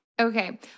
Okay